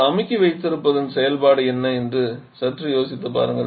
ஒரு அமுக்கி வைத்திருப்பதன் செயல்பாடு என்ன என்று சற்று யோசித்துப் பாருங்கள்